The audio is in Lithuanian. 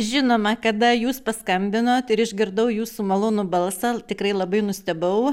žinoma kada jūs paskambinot ir išgirdau jūsų malonų balsą tikrai labai nustebau